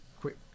quick